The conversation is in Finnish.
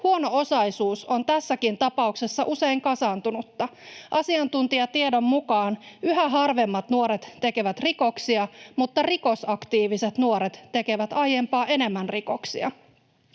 Huono-osaisuus on tässäkin tapauksessa usein kasaantunutta. Asiantuntijatiedon mukaan yhä harvemmat nuoret tekevät rikoksia mutta rikosaktiiviset nuoret tekevät aiempaa enemmän rikoksia.